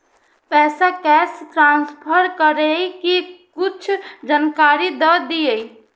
पैसा cash transfer करऐ कि कुछ जानकारी द दिअ